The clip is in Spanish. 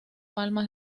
palmas